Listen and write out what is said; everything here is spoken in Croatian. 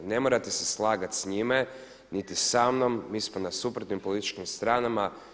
Ne morate se slagati s njime niti sa mnom, mi smo na suprotnim političkim stranama.